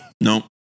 no